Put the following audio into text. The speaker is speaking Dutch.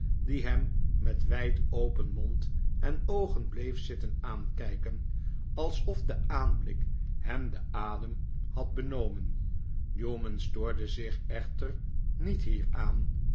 die hem met wijd open mc nd en oogen bleef zitten aaiikijken alsof de aanblik hem den adem had benomen newman stoorde zich echter niet hieraan